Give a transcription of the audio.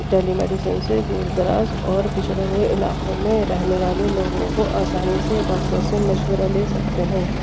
ٹیلی medicine سے دور دراز اور پچھڑے ہوئے علاقوں میں رہنے والے لوگوں کو آسانی سے ڈاکٹر سے مشورہ لے سکتے ہیں